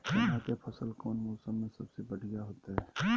चना के फसल कौन मौसम में सबसे बढ़िया होतय?